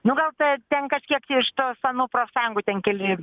nu gal te ten kažkiek iš tos anų profsąjungų ten keli